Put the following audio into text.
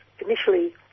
initially